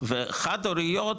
וחד הוריות,